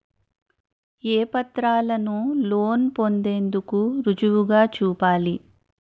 ఏ పత్రాలను లోన్ పొందేందుకు రుజువుగా చూపాలి?